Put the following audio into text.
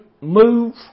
move